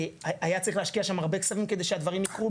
היה צריך להשקיע שם הרבה כספים כדי שהדברים יקרו.